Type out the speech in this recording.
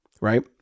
right